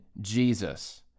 Jesus